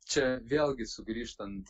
čia vėlgi sugrįžtant